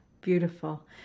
Beautiful